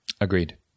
Agreed